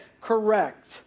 correct